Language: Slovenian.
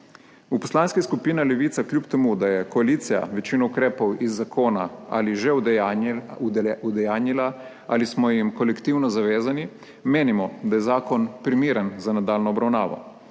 V Poslanski skupini Levica kljub temu, da je koalicija večino ukrepov iz zakona že udejanjila ali smo jim kolektivno zavezani, menimo, da je zakon primeren za nadaljnjo obravnavo.